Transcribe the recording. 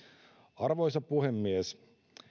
arvoisa puhemies